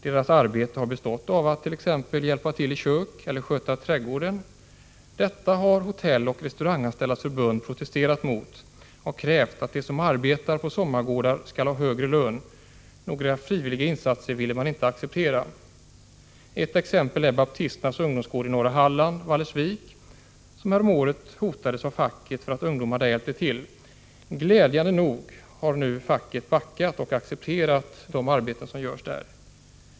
Deras arbete har bestått i att t.ex. hjälpa till i köket eller sköta trädgården. Detta har Hotello. restauranganställdas förbund protesterat mot och krävt att de som arbetar på sommargårdar skall ha högre lön. Några frivilliga insatser ville man inte acceptera. Ett exempel är baptisternas ungdomsgård i norra Halland, Vallersvik, som förra året hotades av facket för att ungdomarna där hjälpte till. Glädjande nog har nu facket backat och accepterat de arbeten som görs där.